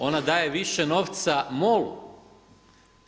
Ona daje više novca MOL-u.